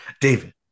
David